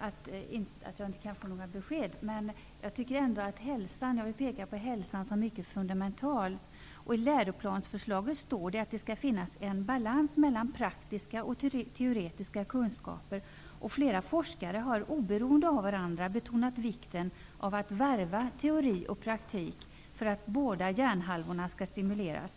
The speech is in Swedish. att jag inte nu kan få några besked, men jag vill ändå peka på hälsan som mycket fundamental. I läroplansförslaget står det att det skall finnas en balans mellan praktiska och teoretiska kunskaper, och flera forskare har, oberoende av varandra, betonat vikten av att varva teori och praktik för att båda hjärnhalvorna skall stimuleras.